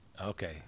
okay